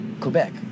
Quebec